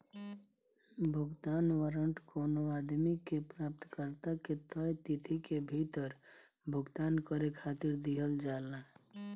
भुगतान वारंट कवनो आदमी के प्राप्तकर्ता के तय तिथि के भीतर भुगतान करे खातिर दिहल जाला